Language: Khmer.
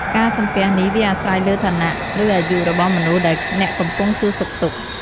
ការសំពះនេះ វាអាស្រ័យលើឋានៈ ឬអាយុរបស់មនុស្សដែលអ្នកកំពុងសួរសុខទុក្ខ។